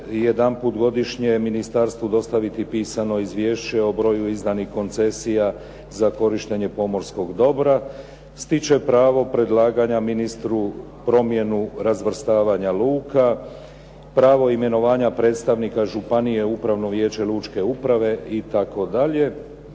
jedanput godišnje ministarstvu dostaviti pisano izvješće o broju izdanih koncesija za korištenje pomorskog dobra, stiče pravo predlaganja ministru promjenu razvrstavanja luka, pravo imenovanja predstavnika županije u upravo vijeće lučke uprave itd.,